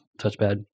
touchpad